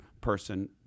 person